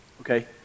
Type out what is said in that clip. okay